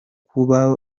kuba